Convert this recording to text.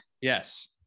Yes